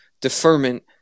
deferment